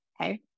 okay